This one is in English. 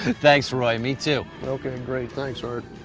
thanks roy, me too. okay, great. thanks, art.